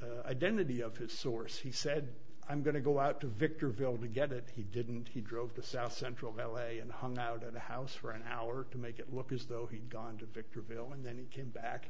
the identity of his source he said i'm going to go out to victor vale to get it he didn't he drove to south central l a and hung out at the house for an hour to make it look as though he'd gone to victor villa and then he came back